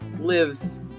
lives